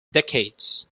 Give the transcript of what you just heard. decades